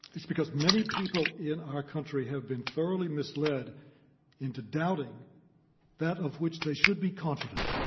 it's because many people in our country have been thoroughly misled into doubting that of which they should be confident